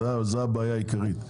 זו הבעיה העיקרית.